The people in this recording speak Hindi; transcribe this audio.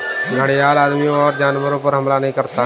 घड़ियाल आदमियों और जानवरों पर हमला नहीं करता है